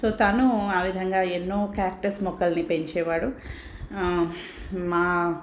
so తను ఆ విధంగా ఎన్నో క్యాక్టస్ మొక్కల్నిపెంచేవాడు మా